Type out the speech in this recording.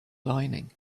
lining